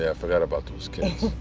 yeah forgot about those kids.